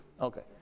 Okay